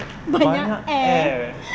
banyak air